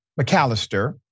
McAllister